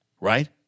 right